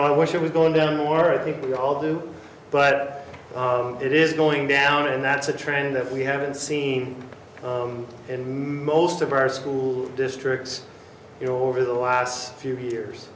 know i wish it was going down more or think we all do but it is going down and that's a trend that we haven't seen in most of our school districts you know over the last few hears